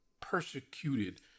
persecuted